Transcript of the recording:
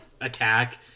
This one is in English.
attack